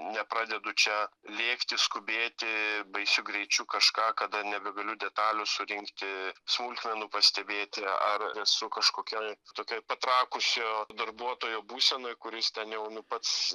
nepradedu čia lėkti skubėti baisiu greičiu kažką kada nebegaliu detalių surinkti smulkmenų pastebėti ar esu kažkokioj tokioj patrakusio darbuotojo būsenoje kuris ten jau nu pats